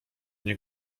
nie